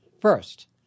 First